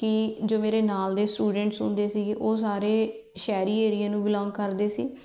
ਕਿ ਜੋ ਮੇਰੇ ਨਾਲ ਦੇ ਸਟੂਡੈਂਟਸ ਹੁੰਦੇ ਸੀਗੇ ਉਹ ਸਾਰੇ ਸ਼ਹਿਰੀ ਏਰੀਏ ਨੂੰ ਬਿਲੋਂਗ ਕਰਦੇ ਸੀ